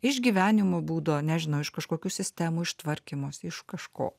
išgyvenimo būdo nežinau iš kažkokių sistemų iš tvarkymosi iš kažko